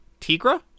Tigra